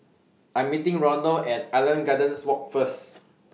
I Am meeting Ronald At Island Gardens Walk First